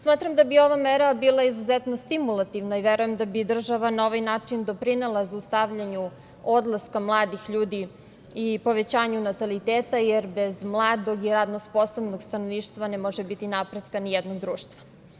Smatram da bi ova mera bila izuzetno stimulativna i verujem da bi država na ovaj način doprinela zaustavljanju odlaska mladih ljudi i povećanju nataliteta, jer bez mladog i radno sposobnog stanovništva ne može biti napretka ni jednog društva.